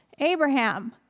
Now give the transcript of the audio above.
Abraham